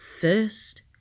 first